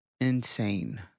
Insane